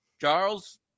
Charles